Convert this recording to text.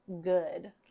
good